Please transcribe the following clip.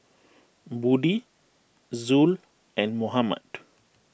Budi Zul and Muhammad